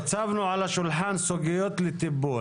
הצבנו על השולחן סוגיות לטיפול.